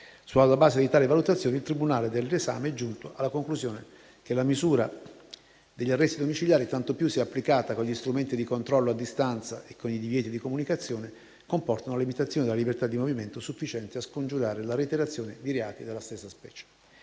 Sulla base di tali valutazioni, il tribunale del riesame è giunto alla conclusione che la misura degli arresti domiciliari, tanto più se applicata con gli strumenti di controllo a distanza e con i divieti di comunicazione, comporta una limitazione della libertà di movimento sufficiente a scongiurare la reiterazione di reati della stessa specie.